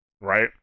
right